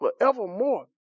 forevermore